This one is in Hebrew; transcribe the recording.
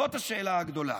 זאת השאלה הגדולה.